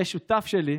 יהיה שותף שלי,